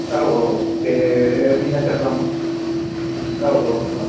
औ औ औ बे निलेस्वर ब्रम्ह औ औ